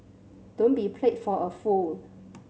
don't be played for a fool